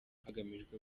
hagamijwe